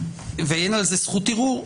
ואין על זה זכות ערעור.